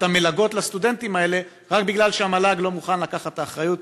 המלגות לסטודנטים האלה רק מפני שהמל"ג לא מוכנה לקחת את האחריות.